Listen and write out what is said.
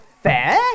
Fair